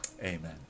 amen